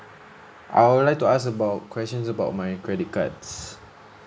I would like to ask about questions about my credit cards